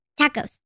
Tacos